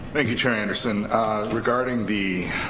thank you chair anderson regarding the